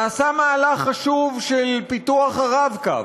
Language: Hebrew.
נעשה מהלך חשוב של פיתוח ה"רב-קו",